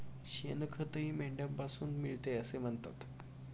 शेणखतही मेंढ्यांपासून मिळते असे म्हणतात